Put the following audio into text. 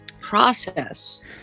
process